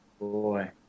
boy